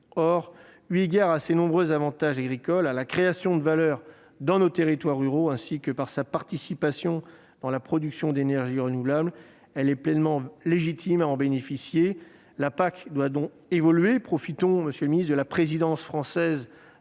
Or, eu égard à ses nombreux avantages agricoles, à la création de valeur dans les territoires ruraux ainsi [qu'à] sa participation [à] la production d'énergie renouvelable, elle est pleinement légitime à en bénéficier ». La PAC doit donc évoluer. Profitons, monsieur le ministre, de la présidence française